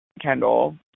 kendall